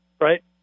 right